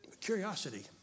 curiosity